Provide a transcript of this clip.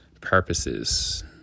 purposes